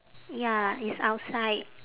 ya it's outside